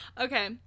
Okay